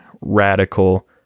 radical